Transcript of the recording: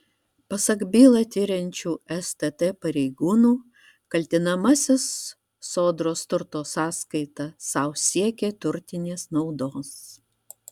pasak bylą tiriančių stt pareigūnų kaltinamasis sodros turto sąskaita sau siekė turtinės naudos